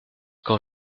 quand